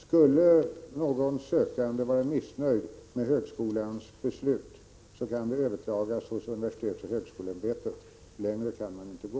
Skulle någon sökande vara missnöjd med högskolans beslut, kan det överklagas hos universitetsoch högskoleämbetet. Längre kan man inte gå.